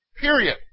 Period